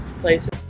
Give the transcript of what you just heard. places